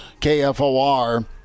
KFOR